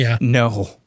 No